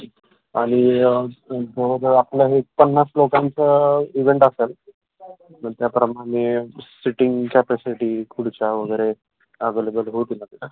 आणि जर आपला हे पन्नास लोकांचं इवेहेंट असेल त्याप्रमाणे सिटिंग कॅपॅसिटी खुडच्या वगेरे अवे्लेबल होतील ना त्या